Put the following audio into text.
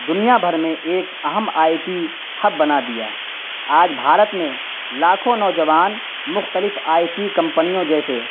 دنیا بھر میں ایک اہم آئی ٹی ہب بنا دیا آج بھارت میں لاکھوں نوجوان مختلف آئی ٹی کمپنیوں جیسے